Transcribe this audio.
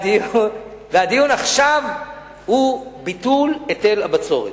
הדיון עכשיו הוא על ביטול היטל הבצורת.